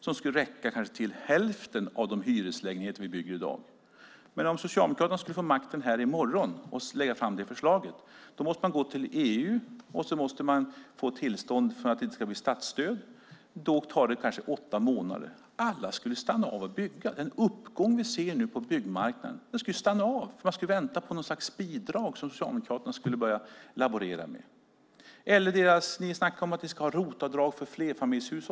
Den skulle räcka till kanske hälften av de hyreslägenheter vi bygger i dag. Om Socialdemokraterna skulle få makten i morgon och lägga fram det förslaget måste de gå till EU och få tillstånd för att det inte skulle bli statsstöd. Det tar kanske åtta månader. Allt byggande skulle avstanna. Den uppgång vi nu ser på byggmarknaden skulle stanna av; man skulle vänta på något slags bidrag som Socialdemokraterna skulle laborera med. Ni pratar om att ha ROT-avdrag även för flerfamiljshus.